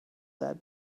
that